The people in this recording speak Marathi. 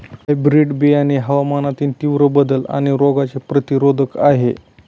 हायब्रीड बियाणे हवामानातील तीव्र बदल आणि रोगांचे प्रतिरोधक आहे